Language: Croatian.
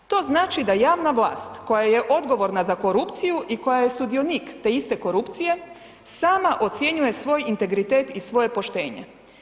To znači da javna vlast koja je odgovorna za korupciju i koje je sudionik te iste korupcije, sama ocjenjuje svoj integritet i svoje poštenje.